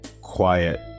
quiet